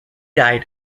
died